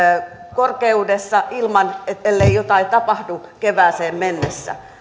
korkeudessa ellei jotain tapahdu kevääseen mennessä